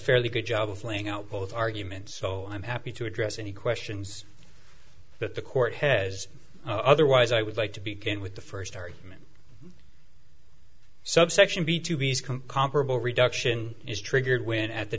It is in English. fairly good job of laying out both arguments so i'm happy to address any questions that the court has otherwise i would like to begin with the first argument subsection b to be comparable reduction is triggered when at the